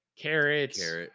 carrots